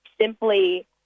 simply